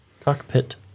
Cockpit